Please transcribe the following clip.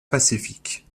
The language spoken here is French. pacifique